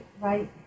right